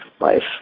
life